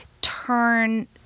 turn